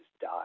died